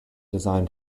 design